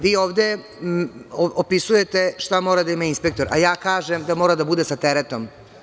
Vi ovde opisujete šta mora da ima inspektor, a ja kažem da mora da bude sa teretom.